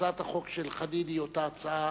להצעת החוק של חנין היא אותה הצעה.